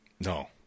No